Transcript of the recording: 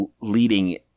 leading